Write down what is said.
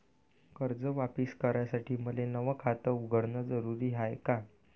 कर्ज वापिस करासाठी मले नव खात उघडन जरुरी हाय का?